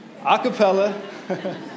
acapella